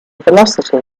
velocity